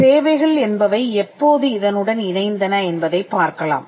சேவைகள் என்பவை எப்போது இதனுடன் இணைந்தன என்பதைப் பார்க்கலாம்